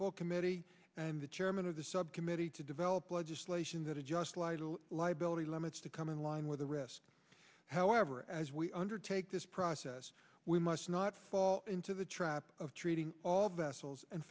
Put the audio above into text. full committee and the chairman of the subcommittee to develop legislation that adjusts lidl liability limits to come in line with a risk however as we undertake this process we must not fall into the trap of treating all vessels and